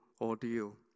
ordeal